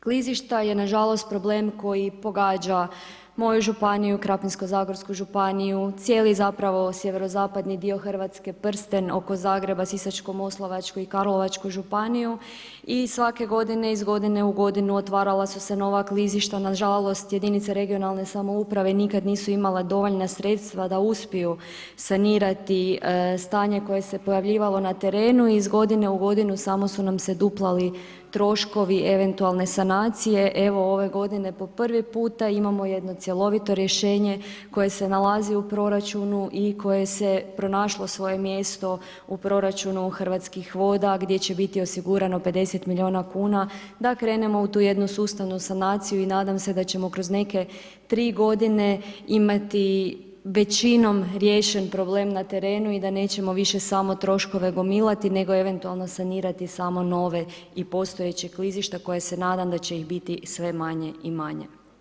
Klizišta je nažalost problem koji pogađa moju županiju, Krapinsko-zagorsku županiju, cijeli zapravo sjevero-zapadni dio Hrvatske, prsten oko Zagreba, Sisačko-moslavačku i Karlovačku županiju i svake godine iz godine u godinu otvarala su se nova klizišta, nažalost jedinice regionalne samouprave nikad nisu imale dovoljna sredstava da uspiju sanirati stanje koje se pojavljivalo na terenu i iz godine u godinu samo su nam se duplali troškovi eventualne sanacije, evo ove godine po prvi puta imamo jedno cjelovito rješenje, koje se nalazi u Proračunu i koje je prošlo mjesto u proračunu Hrvatskih voda, gdje će biti osigurano 50 milijuna kuna da krenemo u tu jednu sustavnu sanaciju i nadam se da ćemo kroz neke 3 godine imati većinom riješen problem na terenu i da nećemo više troškove samo gomilati, nego eventualno sanirati samo nove i postojeća klizišta koje se nadam da će ih biti sve manje i manje.